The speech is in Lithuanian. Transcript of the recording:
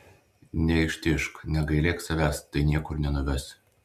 neištižk negailėk savęs tai niekur nenuves